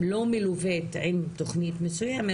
לא מלוות עם תכנית מסוימת,